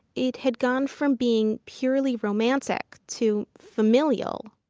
it had gone from being purely romantic, to familial.